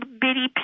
bitty